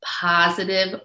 positive